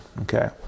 Okay